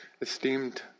esteemed